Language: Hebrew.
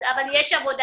אבל יש עבודה,